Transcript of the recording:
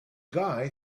guy